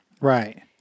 Right